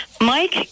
mike